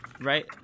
Right